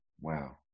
Wow